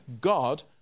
God